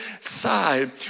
side